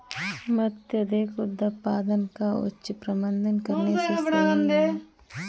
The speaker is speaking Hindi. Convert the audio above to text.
अत्यधिक उत्पादन का उचित प्रबंधन करने से सही मायने में लाभ दिखेगा